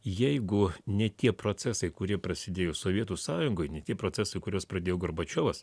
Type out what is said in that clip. jeigu ne tie procesai kurie prasidėjo sovietų sąjungoj ne tie procesai kuriuos pradėjo gorbačiovas